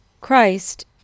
Christ